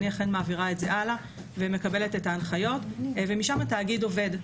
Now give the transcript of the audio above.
אכן מעבירה את זה הלאה ומקבלת את ההנחיות ומשם התאגיד עובד.